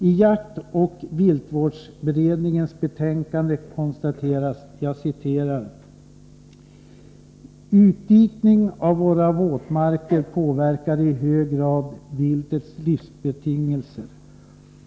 I jaktoch viltvårdsberedningens betänkande konstateras: ”Utdikning av våra våtmarker påverkar i hög grad viltets livsbetingelser.